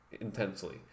intensely